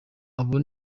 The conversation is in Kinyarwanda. abo